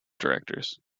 directors